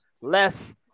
less